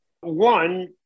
One